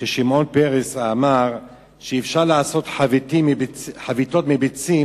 שמעון פרס אמר שאפשר לעשות חביתות מביצים,